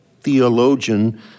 theologian